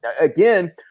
again